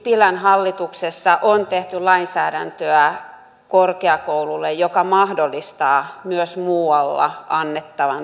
sipilän hallituksessa on tehty lainsäädäntöä korkeakouluille mikä mahdollistaa myös muualla annettavan tutkintopohjaisen korkeakouluopetuksen